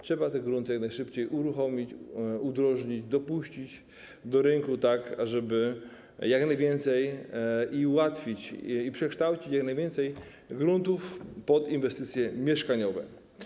Trzeba te grunty jak najszybciej uruchomić, udrożnić, dopuścić do rynku, tak ażeby ułatwić to i przekształcić jak najwięcej gruntów pod inwestycje mieszkaniowe.